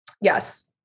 Yes